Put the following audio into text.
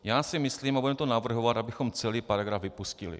Já si myslím, a budeme to navrhovat, abychom celý paragraf vypustili.